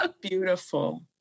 Beautiful